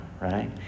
right